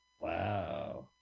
Wow